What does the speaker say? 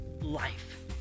life